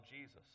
jesus